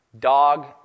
Dog